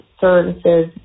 services